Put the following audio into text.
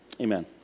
Amen